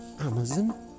Amazon